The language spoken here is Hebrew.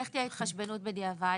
ואיך תהיה ההתחשבנות בדיעבד,